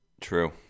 True